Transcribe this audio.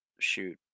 shoot